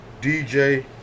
DJ